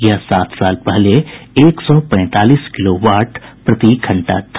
यह सात साल पहले एक सौ पैंतालीस किलोवाट प्रतिघंटा था